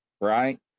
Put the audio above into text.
right